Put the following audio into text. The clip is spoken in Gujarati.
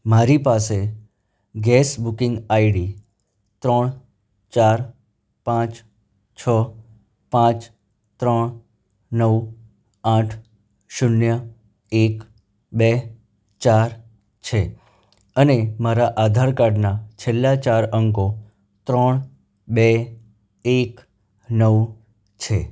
મારી પાસે ગેસ બુકિંગ આઈડી ત્રણ ચાર પાંચ છ પાંચ ત્રણ નવ આઠ શૂન્ય એક બે ચાર છે અને મારા આધાર કાર્ડના છેલ્લા ચાર અંકો ત્રણ બે એક નવ છે